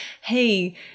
Hey